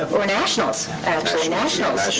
or nationals actually. nationals.